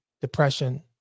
depression